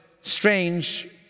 strange